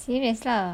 serious lah